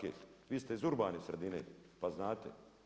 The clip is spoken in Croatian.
Vi ste iz urbane sredine pa znate.